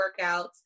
workouts